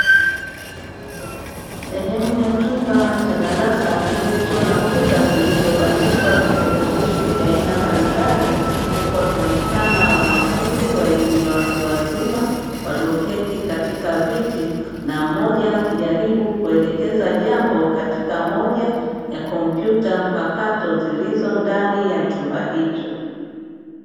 Sehemu ya chumba cha darasa kilicho na kuta zilizobandikwa vipeperushi vya aina mbalimbali, huku wakionekana wanafunzi wa elimu ya watu wazima walioketi katika viti, na mmoja akijaribu kuelekeza jambo katika moja ya kompyuta mpakato zilizo ndani ya chumba hicho.